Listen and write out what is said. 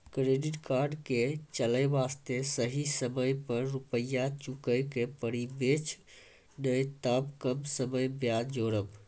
Credit card के चले वास्ते सही समय पर रुपिया चुके के पड़ी बेंच ने ताब कम ब्याज जोरब?